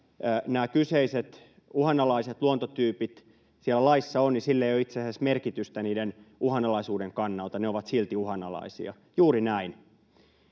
nämä kyseiset uhanalaiset luontotyypit siellä laissa ovat, ei ole itse asiassa merkitystä niiden uhanalaisuuden kannalta. Ne ovat silti uhanalaisia. Juuri näin.